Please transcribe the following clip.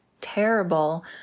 terrible